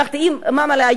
אמרתי: מאמא'לה,